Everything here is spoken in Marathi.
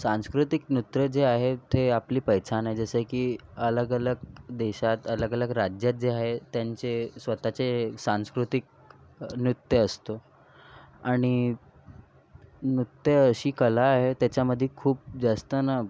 सांस्कृतिक नृत्य जे आहे ते आपली पहचान आहे जसे की अलगअलग देशात अलगअलग राज्यात जे आहे त्यांचे स्वतःचे सांस्कृतिक नृत्य असतो आणि नृत्य अशी कला आहे त्याच्यामध्ये खूप जास्त ना